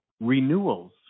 renewals